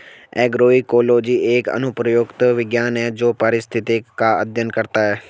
agroecology एक अनुप्रयुक्त विज्ञान है जो पारिस्थितिक का अध्ययन करता है